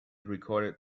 recorded